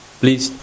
please